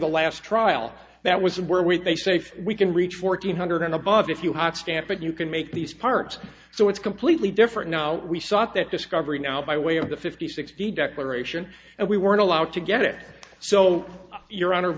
the last trial that was where with a safe we can reach fourteen hundred and above if you have stamped it you can make these parts so it's completely different now we sought that discovery now by way of the fifty sixty declaration and we weren't allowed to get it so your hon